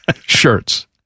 shirts